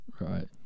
Right